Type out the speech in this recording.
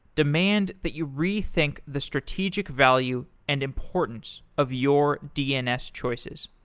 demand that you rethink the strategic value and importance of your dns choices.